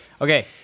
Okay